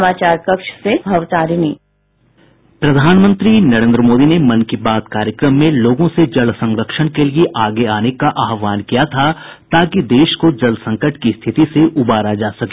समाचार कक्ष से भवतारिणी प्रधानमंत्री नरेन्द्र मोदी ने मन की बात कार्यक्रम में लोगों से जल संरक्षण के लिये आगे आने का आहवान किया था ताकि देश को जल संकट की स्थिति से उबारा जा सके